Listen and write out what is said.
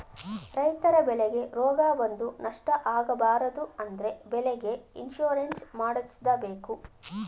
ರೈತರ ಬೆಳೆಗೆ ರೋಗ ಬಂದು ನಷ್ಟ ಆಗಬಾರದು ಅಂದ್ರೆ ಬೆಳೆಗೆ ಇನ್ಸೂರೆನ್ಸ್ ಮಾಡ್ದಸ್ಸಬೇಕು